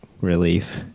relief